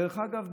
דרך אגב,